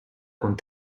con